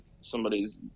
somebody's